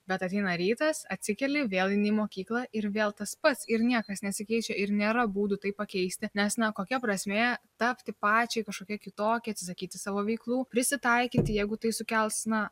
bet ateina rytas atsikeli vėl eini į mokyklą ir vėl tas pats ir niekas nesikeičia ir nėra būdų tai pakeisti nes na kokia prasmė tapti pačiai kažkokia kitokia atsisakyti savo veiklų prisitaikyti jeigu tai sukels na